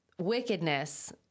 wickedness